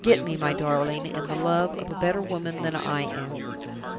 forget me, my darling, in the love of a better woman than i am.